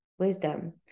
wisdom